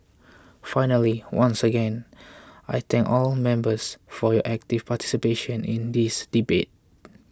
finally once again I thank all members for your active participation in this debate